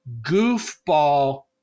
goofball